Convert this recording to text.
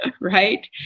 right